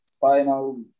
Final